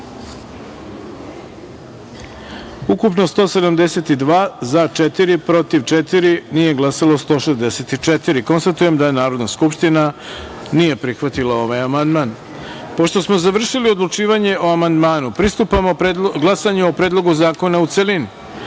protiv – četiri, nije glasalo – 164.Konstatujem da Narodna skupština nije prihvatila ovaj amandman. Pošto smo završili odlučivanje o amandmanu, pristupamo glasanju o Predlogu zakona u